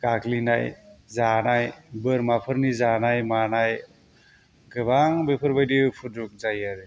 गाग्लिनाय जानाय बोरमाफोरनि जानाय मानाय गोबां बेफोरबायदि उपद्र'ब जायो आरो